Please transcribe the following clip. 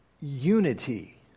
unity